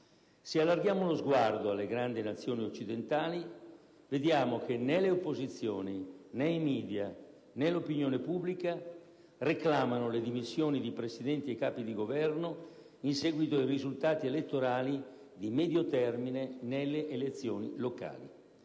Se allarghiamo lo sguardo alle grandi Nazioni occidentali, vediamo che né le opposizioni, né i *media*, né l'opinione pubblica reclamano le dimissioni di Presidenti e Capi di Governo in seguito a risultati elettorali di medio termine nelle elezioni locali.